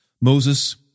Moses